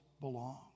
belong